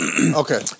Okay